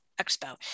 expo